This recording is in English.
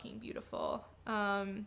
beautiful